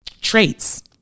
traits